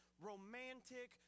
romantic